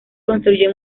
construyó